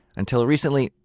until recently,